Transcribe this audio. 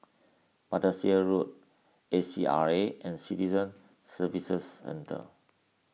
Battersea Road A C R A and Citizen Services Centre